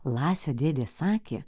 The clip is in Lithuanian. lasio dėdė sakė